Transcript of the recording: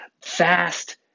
fast